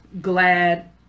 glad